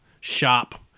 shop